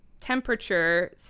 temperature